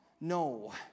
No